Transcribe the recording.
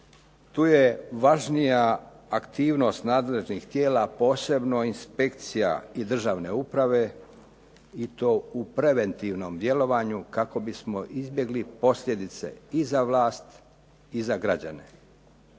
Tu je važnija aktivnost nadležnih tijela posebno inspekcija i državne uprave i to u preventivnom djelovanju kako bismo izbjegli posljedice i za vlast i za građane,